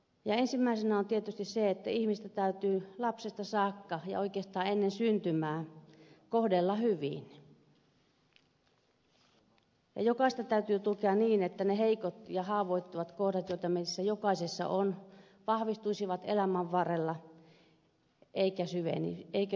ensimmäisenä on tietysti se että ihmistä täytyy lapsesta saakka ja oikeastaan ennen syntymää kohdella hyvin ja jokaista täytyy tukea niin että ne heikot ja haavoittuvat kohdat joita meissä jokaisessa on vahvistuisivat elämän varrella eivätkä syvenisi